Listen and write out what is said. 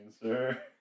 sir